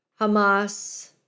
Hamas